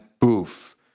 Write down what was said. boof